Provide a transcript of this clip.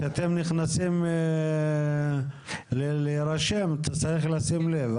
כשאתם נכנסים להירשם אתה צריך לשים לב,